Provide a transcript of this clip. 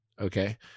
Okay